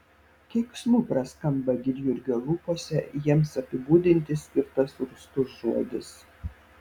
keiksmu praskamba gudjurgio lūpose jiems apibūdinti skirtas rūstus žodis